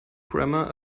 grammar